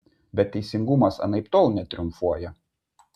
bet teisingumas anaiptol netriumfuoja